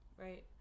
right